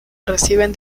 reciben